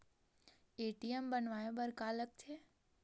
ATM बनवाय बर का का लगथे?